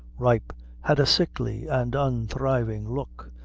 ripe had a sickly and unthriving look,